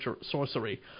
sorcery